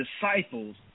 disciples